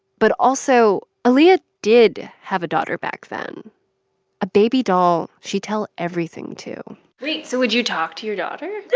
but also, aaliyah did have a daughter back then a baby doll she'd tell everything to wait. so would you talk to your daughter?